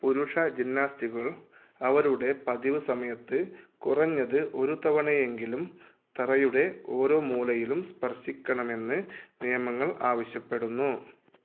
പുരുഷ ജിംനാസ്റ്റുകൾ അവരുടെ പതിവ് സമയത്ത് കുറഞ്ഞത് ഒരു തവണയെങ്കിലും തറയുടെ ഓരോ മൂലയിലും സ്പർശിക്കണമെന്ന് നിയമങ്ങൾ ആവശ്യപ്പെടുന്നു